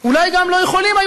אולי גם חז"ל לא היו יכולים.